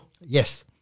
Yes